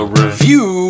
review